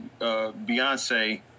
Beyonce